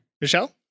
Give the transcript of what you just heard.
Michelle